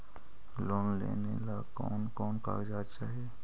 Loan लेने ला कोन कोन कागजात चाही?